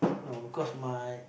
no because my